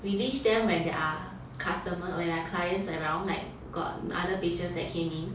we leash them when there are customers when there are clients around like got other patients that came in